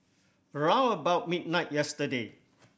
round about midnight yesterday